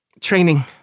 training